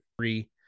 Three